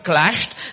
clashed